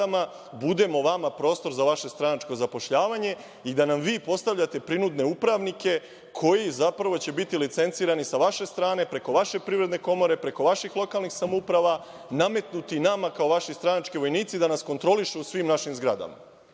budemo vama prostor za vaše stranačko zapošljavanje i da nam vi postavljate prinudne upravnike koji će zapravo biti licencirani sa vaše strane, preko vaše privredne komore, preko vaših lokalnih samouprava, nametnuti nama kao vaši stranački vojnici da nas kontrolišu u svim našim zgradama.